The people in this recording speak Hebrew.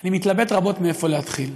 אני מתלבט רבות מאיפה להתחיל,